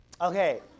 Okay